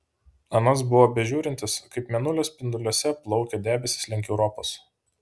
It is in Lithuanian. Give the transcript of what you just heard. anas buvo bežiūrintis kaip mėnulio spinduliuose plaukia debesys link europos